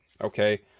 okay